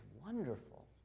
wonderful